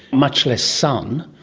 much less sun,